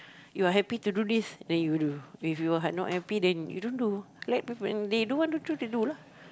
you are happy to do this then you do if you are not happy then you don't do let people and they do want to do they do lah